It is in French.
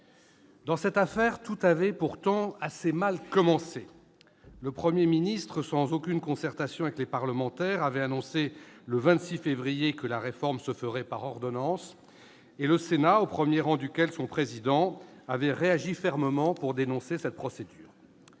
Dans cette affaire, tout avait pourtant assez mal commencé. Le Premier ministre, sans aucune concertation avec les parlementaires, avait annoncé, le 26 février dernier, que la réforme se ferait par ordonnances. Le Sénat, au premier rang son président, avait alors réagi fermement pour dénoncer cette procédure.